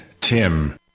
Tim